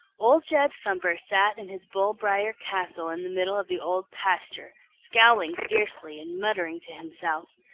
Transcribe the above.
old jed thumper sat in his bull-briar castle in the middle of the old pasture, scowling fiercely and muttering to himself.